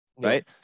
Right